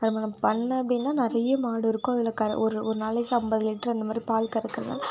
அது போல் பண்ணை அப்படின்னா நிறைய மாடு இருக்கும் அதில் கற ஒரு ஒரு நாளைக்கு ஐம்பது லிட்ரு அந்த மாதிரி பால் கறக்கிறதுனால